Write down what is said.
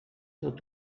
tot